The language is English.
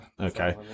okay